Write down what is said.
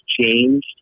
changed